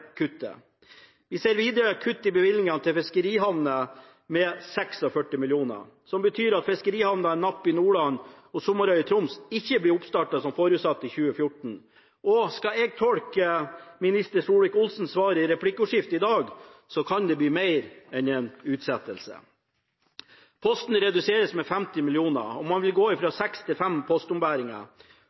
kuttet. Vi ser videre kutt i bevilgningen til fiskerihavner med 46 mill. kr, som betyr at fiskerihavnene Napp i Nordland og Sommarøy i Troms ikke blir oppstartet som forutsatt i 2014. Og skal jeg tolke minister Solvik-Olsens svar i replikkordskiftet i dag, kan det blir mer enn en utsettelse. Posten reduseres med 50 mill. kr, og man vil gå